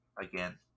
again